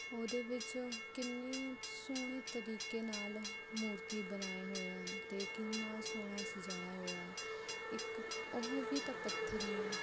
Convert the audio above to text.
ਉਹਦੇ ਵਿੱਚ ਕਿੰਨੀ ਸੋਹਣੇ ਤਰੀਕੇ ਨਾਲ ਮੂਰਤੀ ਬਣਾਏ ਹੋਏ ਹਨ ਅਤੇ ਕਿੰਨਾ ਸੋਹਣਾ ਸਜਾਇਆ ਹੋਇਆ ਹੈ ਇੱਕ ਉਹ ਵੀ ਤਾਂ ਪੱਥਰ ਹੀ ਹੈ